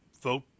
vote